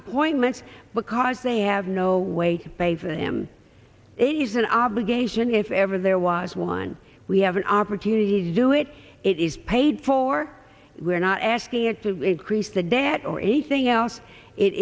appointments because they have no way to save him a he's an obligation if ever there was one we have an opportunity to do it it is paid for we are not asking it to increase the debt or anything